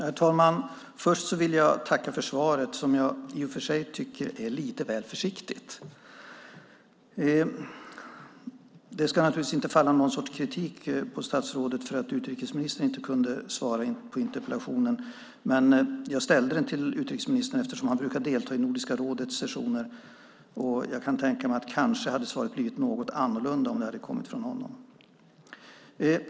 Herr talman! Först vill jag tacka för svaret, som jag i och för sig tycker är lite väl försiktigt. Det ska naturligtvis inte falla någon sorts kritik på statsrådet för att utrikesministern inte kunde svara på interpellationen. Jag ställde den till utrikesministern eftersom han brukar delta i Nordiska rådets sessioner, och jag kan tänka mig att svaret kanske hade blivit något annorlunda om det hade kommit från honom.